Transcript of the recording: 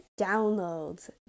downloads